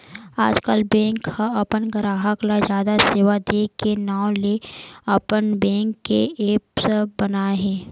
आजकल बेंक ह अपन गराहक ल जादा सेवा दे के नांव ले अपन बेंक के ऐप्स बनाए हे